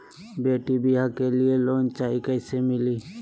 बेटी ब्याह के लिए लोन चाही, कैसे मिली?